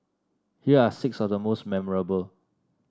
here are six of the most memorable